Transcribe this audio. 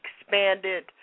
expanded